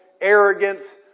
arrogance